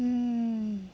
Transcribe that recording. mm